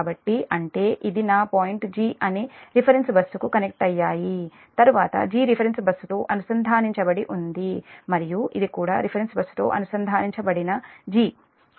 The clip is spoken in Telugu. కాబట్టి అంటే ఇది నా పాయింట్ 'g' అవి రిఫరెన్స్ బస్సుకు కనెక్ట్ అయ్యాయి తరువాత 'g' రిఫరెన్స్ బస్సుతో అనుసంధానించబడి ఉంది మరియు ఇది కూడా రిఫరెన్స్ బస్తో అనుసంధానించబడిన 'g'